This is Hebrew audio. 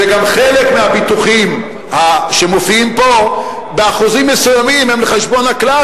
שגם חלק מהביטוחים שמופיעים פה באחוזים מסוימים הם על חשבון הכלל,